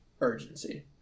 urgency